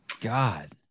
God